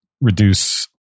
reduce